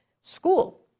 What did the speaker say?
school